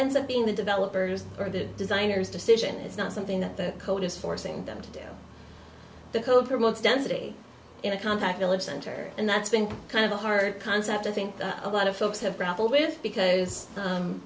ends up being the developers or the designers decision is not something that the code is forcing them to do the code promotes density in a compact diligent area and that's been kind of a hard concept i think a lot of folks have grappled with because